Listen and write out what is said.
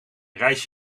reis